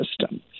system